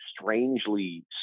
strangely